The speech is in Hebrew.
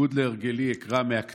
בניגוד להרגלי, אקרא מן הכתב,